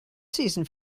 season